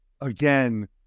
again